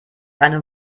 eine